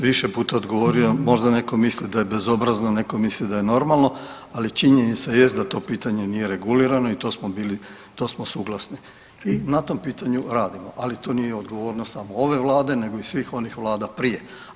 više puta odgovorio, možda neko misli da je bezobrazno, neko misli da je normalno, ali činjenica jest da to pitanje nije regulirano i to smo bili, to smo suglasni i na tom pitanju radimo, ali to nije odgovornost samo ove vlade nego i svih onih vlada prije.